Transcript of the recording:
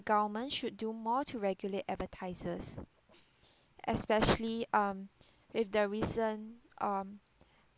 government should do more to regulate advertisers especially um with the recent um